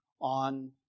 on